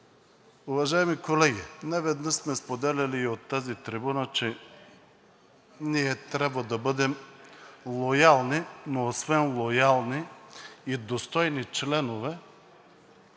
Уважаеми колеги, неведнъж сме споделяли и от тази трибуна, че ние трябва да бъдем лоялни, но освен лоялни и достойни членове